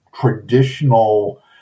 traditional